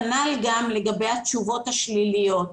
כנ"ל גם לגבי התשובות השליליות.